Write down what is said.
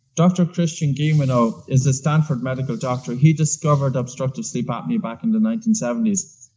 dr. christian guilleminault is a stanford medical doctor he discovered obstructive sleep apnea back in the nineteen seventy s.